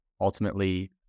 ultimately